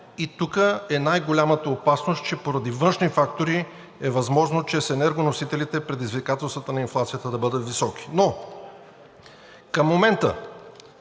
И най-голямата опасност е, че поради външни фактори е възможно чрез енергоносителите предизвикателствата на инфлацията да бъдат високи. Но към момента,